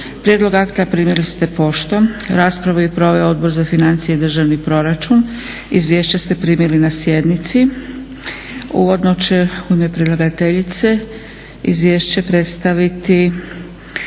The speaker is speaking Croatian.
Prijedlog akta primili ste poštom. Raspravu je proveo Odbor za financije i državni proračun. Izvješće ste primili na sjednici. Uvodno će u ime predlagateljice izvješće predstaviti